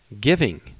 giving